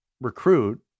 recruit